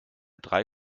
drei